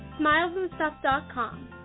Smilesandstuff.com